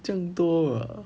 这样多啊